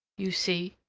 you see,